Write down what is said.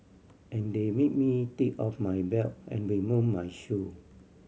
and they made me take off my belt and remove my shoe